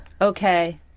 Okay